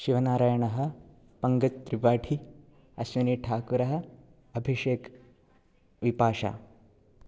शिवनारायणः पङ्कज् त्रिपाठी अश्विनीठाकुरः अभिषेक् विपाशा